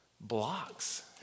blocks